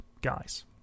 guys